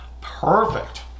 perfect